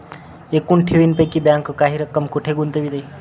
एकूण ठेवींपैकी बँक काही रक्कम कुठे गुंतविते?